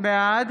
בעד